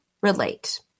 relate